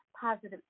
positive